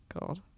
god